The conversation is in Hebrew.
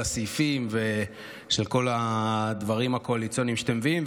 הסעיפים של כל הדברים הקואליציוניים שאתם מביאים,